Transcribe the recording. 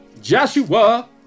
Joshua